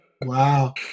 Wow